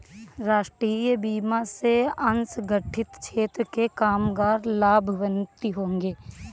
राष्ट्रीय बीमा से असंगठित क्षेत्र के कामगार लाभान्वित होंगे